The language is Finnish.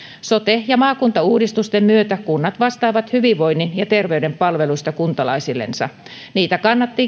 sote ja maakuntauudistusten myötä kunnat vastaavat hyvinvoinnin ja terveyden palveluista kuntalaisillensa niitä